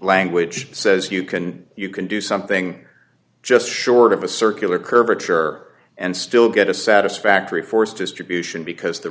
language says you can you can do something just short of a circular curvature and still get a satisfactory force distribution because the